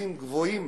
אחוזים גבוהים